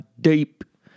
deep